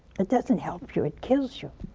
that doesn't help you. it kills you.